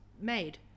made